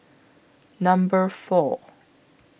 Number four